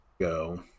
go